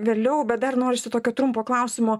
vėliau bet dar norisi tokio trumpo klausimo